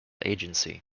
agency